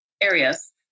areas